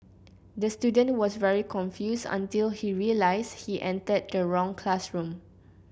the student was very confused until he realised he entered the wrong classroom